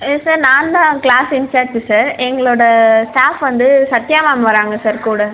yes sir நான் தான் class incharge sir எங்களோட ஸ்டாஃப் வந்து சத்யா மேம் வராங்க சார் கூட